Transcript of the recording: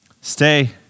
Stay